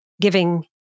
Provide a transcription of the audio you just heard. giving